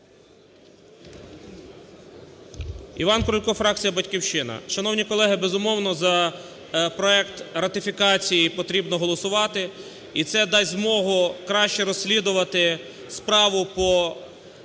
Іван Крулько, фракція "Батьківщина". Шановні колеги, безумовно, за проект ратифікації потрібно голосувати, і це дасть змогу краще розслідувати справу про